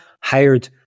hired